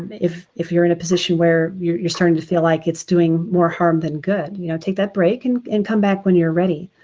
if if you're in a position where you're you're starting to feel like it's doing more harm than good. you know take that break and and come back when you're ready.